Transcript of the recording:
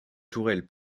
tourelle